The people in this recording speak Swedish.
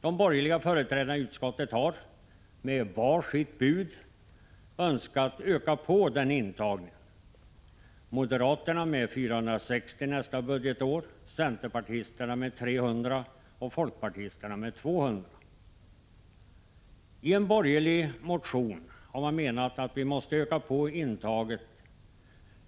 De borgerliga företrädarna i utskottet har — med var sitt bud — önskat öka intagningen; moderaterna med 460 nästa budgetår, centerpartisterna med 300 och folkpartisterna med 200 elever. I en borgerlig motion har man menat att vi måste öka intagningen,